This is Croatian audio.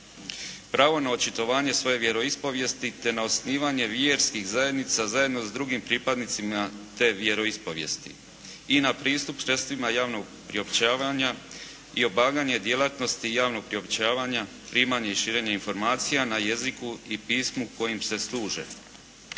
Pravo na očitovanje svoje vjeroispovijesti te na osnivanje vjerskih zajednica zajedno s drugim pripadnicima te vjeroispovijesti i na pristup sredstvima javnog priopćavanja i obavljanje djelatnosti javnog priopćavanja, primanje i širenje informacija na jeziku i pismu kojim se služe.